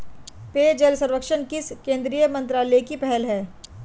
पेयजल सर्वेक्षण किस केंद्रीय मंत्रालय की पहल है?